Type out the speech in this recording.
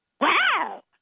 wow